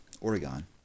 Oregon